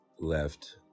left